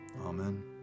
Amen